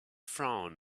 frown